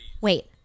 wait